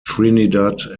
trinidad